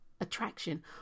attraction